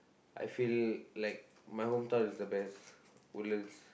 I feel like my hometown is the best Woodlands